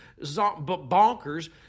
bonkers